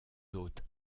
hôtes